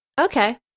Okay